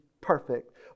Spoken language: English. perfect